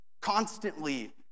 Constantly